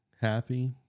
happy